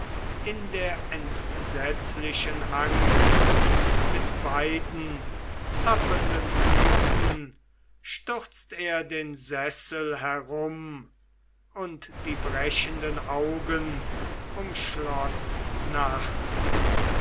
in der entsetzlichen angst mit beiden zappelnden füßen stürzt er den sessel herum und die brechenden augen umschloß nacht